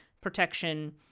protection